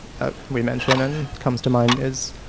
that we mention and comes to mind is